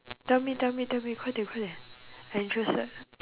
tell me tell me tell me 快点快点：kuai dian kuai dian I interested